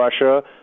Russia